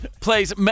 plays